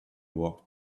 walked